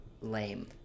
lame